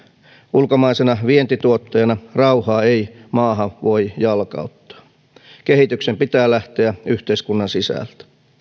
ulkomaisena vientituotteena rauhaa ei maahan voi jalkauttaa kehityksen pitää lähteä yhteiskunnan sisältä